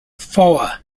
four